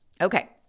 Okay